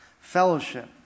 Fellowship